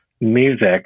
music